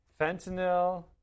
fentanyl